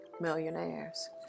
millionaires